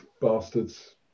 bastards